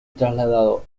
trasladado